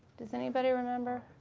does anybody remember?